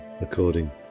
according